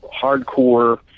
hardcore